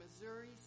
Missouri